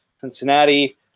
Cincinnati